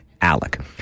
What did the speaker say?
Alec